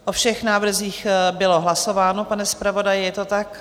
O všech návrzích bylo hlasováno, pane zpravodaji, je to tak?